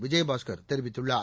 விஜயபாஸ்கர் தெரிவித்துள்ளார்